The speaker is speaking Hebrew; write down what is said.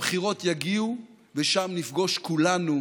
הבחירות יגיעו, ושם נפגוש כולנו